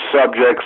subjects